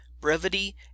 brevity